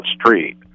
street